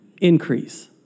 increase